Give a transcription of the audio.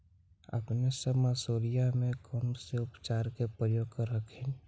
अपने सब मसुरिया मे कौन से उपचार के प्रयोग कर हखिन?